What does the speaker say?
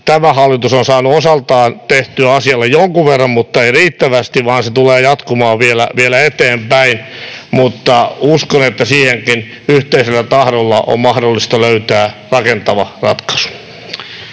tämä hallitus on saanut osaltaan tehtyä asialle jonkun verran mutta ei riittävästi, ja se tulee jatkumaan vielä eteenpäin, mutta uskon, että siihenkin yhteisellä tahdolla on mahdollista löytää rakentava ratkaisu.